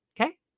Okay